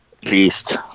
beast